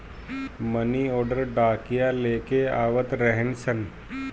मनी order डाकिया लेके आवत रहने सन